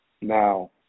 Now